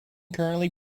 currently